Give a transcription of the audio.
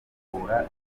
mfungura